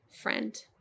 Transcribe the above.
friend